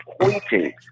pointing